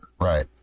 Right